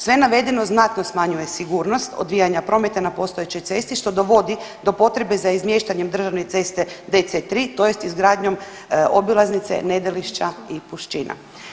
Sve navedeno znatno smanjuje sigurnost odvijanja prometa na postojećoj cesti što dovodi do potrebe za izmještanjem državne ceste DC3 tj. izgradnjom obilaznice Nedelišća i Pušćina.